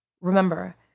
Remember